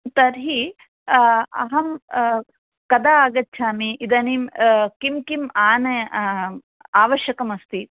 तर्हि अहम् कदा आगच्छामि ईदानीम् किं किम् आनय आवश्यकम अस्ति